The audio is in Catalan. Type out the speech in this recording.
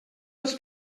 els